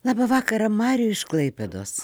labą vakarą mariui iš klaipėdos